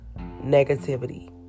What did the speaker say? negativity